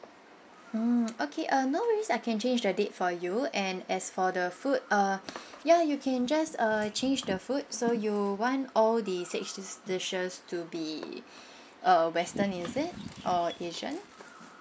mm okay uh no worries I can change the date for you and as for the food uh ya you can just uh change the food so you want all the six dis~ dishes to be uh western is it or asian